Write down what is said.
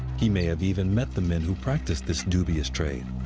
he may have even met the men who practiced this dubious trade.